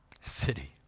city